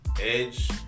Edge